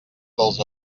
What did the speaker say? dels